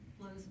blows